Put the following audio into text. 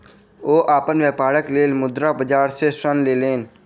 ओ अपन व्यापारक लेल मुद्रा बाजार सॅ ऋण लेलैन